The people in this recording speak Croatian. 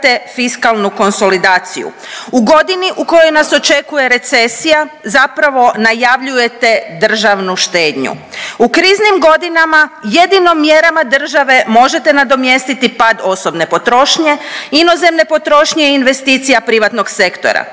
U godini u kojoj nas očekuje recesija zapravo najavljujete državnu štednju. U kriznim godinama jedino mjerama države možete nadomjestiti pad osobne potrošnje, inozemne potrošnje i investicija privatnog sektora.